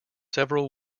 several